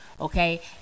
okay